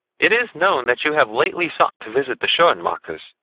it is known that you have lately sought to visit the schoenmakers,